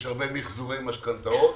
יש הרבה מחזורי משכנתאות